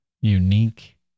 unique